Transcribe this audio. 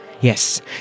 Yes